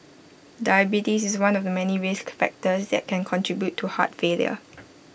diabetes is one of the many risk factors that can contribute to heart failure